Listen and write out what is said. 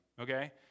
okay